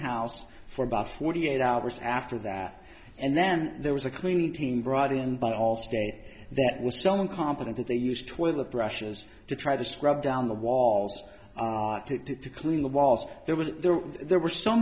house for about forty eight hours after that and then there was a cleaning team brought in by all state that was so incompetent that they used toilet brushes to try to scrub down the walls to clean the walls there was there there were so